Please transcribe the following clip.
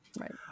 right